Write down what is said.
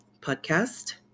podcast